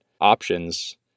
options